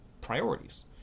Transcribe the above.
priorities